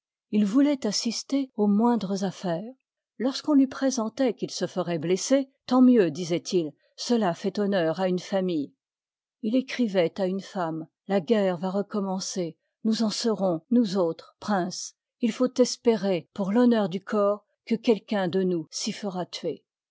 il vouloit assister aux moindres affaires lorsqu'on lui représentoit qu'il e feroit blesser tant mieux disoit-il cela fait boaneui à une famille écri voit à une femme la guerre va recom ï part mencer nous en serons nous autres liy l princes il faut espérer pour thonneur du corps que quelqu'un de nous s'y fera tuer